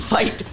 Fight